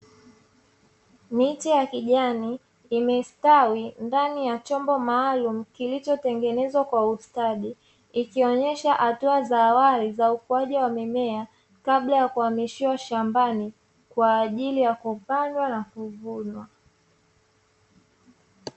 Miti ya kijani imestawi ndani ya chombo maalumu kilichotengenezwa kwa ustadi, ikionyesha hatua za awali za ukuaji wa mimea kabla ya kuamishiwa shambani kwa ajili ya kupandwa na kuvunwa.